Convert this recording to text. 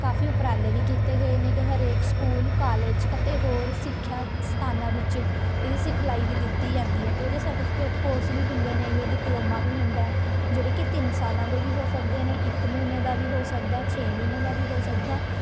ਕਾਫੀ ਉਪਰਾਲੇ ਵੀ ਕੀਤੇ ਗਏ ਨੇਗੇ ਹਰੇਕ ਸਕੂਲ ਕਾਲਜ ਅਤੇ ਹੋਰ ਸਿੱਖਿਆ ਸਥਾਨਾਂ ਵਿੱਚ ਇਹਦੀ ਸਿਖਲਾਈ ਵੀ ਦਿੱਤੀ ਜਾਂਦੀ ਹੈ ਇਹਦੇ ਸਰਟੀਫਿਕੇਟ ਕੋਰਸ ਵੀ ਹੁੰਦੇ ਨੇਗੇ ਡਿਪਲੋਮਾ ਵੀ ਹੁੰਦਾ ਜਿਹੜੀ ਕਿ ਤਿੰਨ ਸਾਲਾਂ ਦੇ ਵੀ ਹੋ ਸਕਦੇ ਨੇ ਇੱਕ ਮਹੀਨੇ ਦਾ ਵੀ ਹੋ ਸਕਦਾ ਛੇ ਮਹੀਨਿਆਂ ਦਾ ਵੀ ਹੋ ਸਕਦਾ